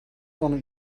kon